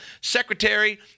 secretary